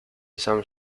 some